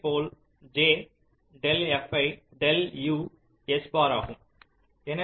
இதேபோல் j டெல் fi டெல் u க்காக s பார் ஆகும்